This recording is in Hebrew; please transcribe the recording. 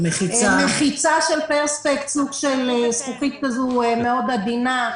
מחיצה של פרספקס סוג של זכוכית מאוד עדינה.